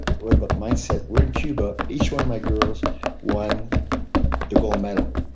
what about mindset? we're in cuba. each one of my girls won the gold medal,